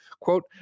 Quote